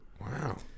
Wow